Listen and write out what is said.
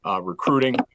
recruiting